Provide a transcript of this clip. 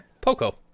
Poco